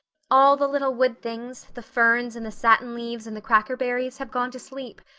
all the little wood things the ferns and the satin leaves and the crackerberries have gone to sleep,